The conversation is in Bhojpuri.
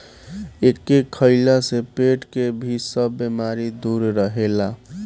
एके खइला से पेट के भी सब बेमारी दूर रहेला